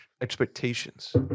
expectations